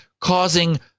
causing